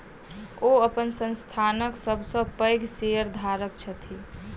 ओ अपन संस्थानक सब सॅ पैघ शेयरधारक छथि